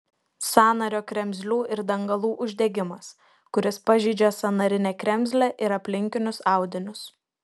sąnario kremzlių ir dangalų uždegimas kuris pažeidžia sąnarinę kremzlę ir aplinkinius audinius